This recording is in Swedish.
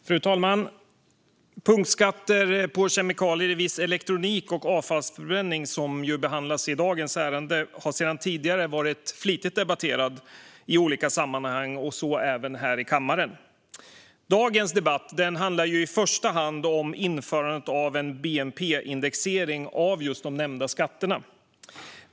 Fru talman! Punktskatter på kemikalier i viss elektronik och avfallsförbränning, som behandlas i dagens ärende, har sedan tidigare varit flitigt debatterade i olika sammanhang, och så även här i kammaren. Dagens debatt handlar i första hand om införandet av en bnp-indexering av just de nämnda skatterna.